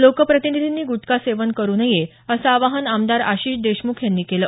लोकप्रतिनिधींनी गुटखा सेवन करू नये असं आवाहन आमदार आशिष देशमुख यांनी केलं